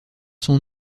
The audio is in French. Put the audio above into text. son